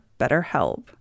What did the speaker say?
BetterHelp